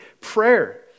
prayer